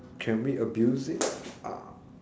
can we abuse it ah